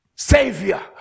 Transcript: Savior